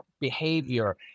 behavior